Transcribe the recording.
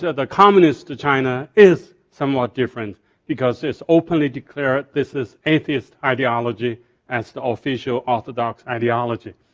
the communist china is somewhat different because it's openly declared this as atheist ideology as the official orthodox ideology.